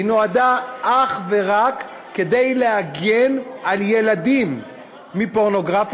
היא נועדה אך ורק כדי להגן על ילדים מפורנוגרפיה.